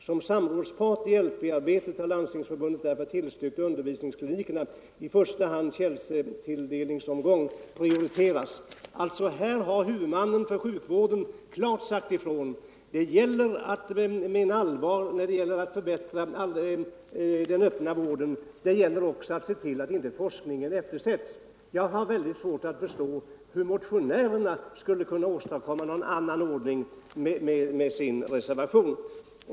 Som samrådspart i LP-arbetet har landstingsförbundet därför tillstyrkt att undervisningsklinikerna i en första tjänstetilldelningsomgång prioriterades.” Huvudmannen för sjukvården har här alltså klart sagt ifrån att man menar allvar när det gäller att förbättra den öppna vården. Det gäller också att se till att inte forskningen eftersätts. Jag har mycket svårt att förstå hur motionärerna skulle kunna åstadkomma någon annan ordning med sin reservation.